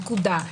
נקודה,